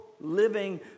living